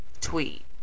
tweet